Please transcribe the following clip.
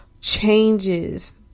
changes